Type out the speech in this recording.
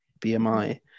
BMI